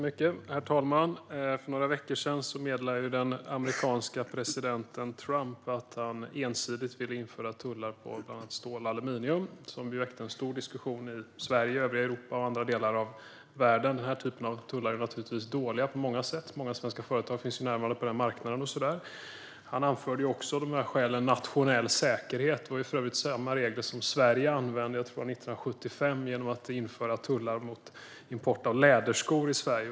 Herr talman! För några veckor sedan meddelade den amerikanske presidenten, Trump, att han ensidigt vill införa tullar på bland annat stål och aluminium. Det väckte stor diskussion i Sverige, övriga Europa och andra delar av världen. Den här typen av tullar är dåliga på många sätt. Och många svenska företag finns på den marknaden. Trump anförde också nationell säkerhet som skäl. Det är för övrigt samma regler som Sverige införde 1975 - tror jag att det var - då det infördes tullar för import av läderskor i Sverige.